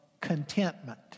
contentment